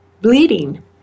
bleeding